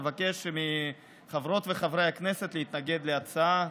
אבקש מחברות וחברי הכנסת להתנגד להצעה.